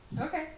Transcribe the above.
Okay